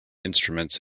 instruments